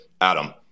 Adam